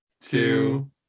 two